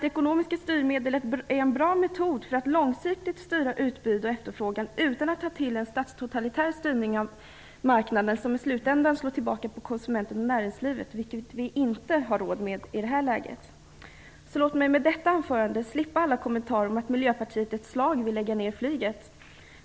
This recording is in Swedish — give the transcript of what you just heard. Ekonomiska styrmedel är en bra metod för att långsiktigt styra utbud och efterfrågan utan att ta till en statstotalitär styrning av marknaden som i slutändan slår tillbaka på konsumenten och näringslivet, vilket vi inte har råd med i nuvarande läge. Låt mig med detta anförande få slippa alla kommentarer om att Miljöpartiet i ett slag vill lägga ned flyget.